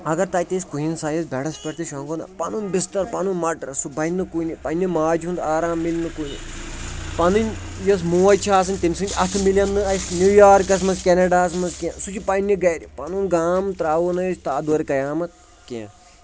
اگر تَتہِ أسۍ کُیِن سایِز بٮ۪ڈَس پٮ۪ٹھ تہِ شۄنٛگو نہ پَنُن بِستر پَنُن مَٹرَس سُہ بَنہِ نہٕ کُنہِ پَنٛنہِ ماجہِ ہُنٛد آرام مِلہِ نہٕ کُنہِ پَنٕنۍ یۄس موج چھِ آسان تٔمۍ سٕنٛدۍ اَتھٕ مِلَن نہٕ اَسہِ نِو یارکَس منٛز کینڈاہَس منٛز کیٚنٛہہ سُہ چھُ پنٛنہِ گرِ پَنُن گام ترٛاوو نہٕ أسۍ تادورِ قیامَت کیٚنٛہہ